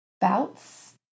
bouts